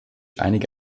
einige